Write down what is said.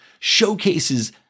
showcases